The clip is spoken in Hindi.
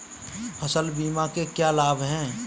फसल बीमा के क्या लाभ हैं?